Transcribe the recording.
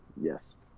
yes